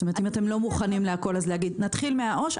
אם אתם לא מוכנים לכול לומר: נתחיל מהעו"ש,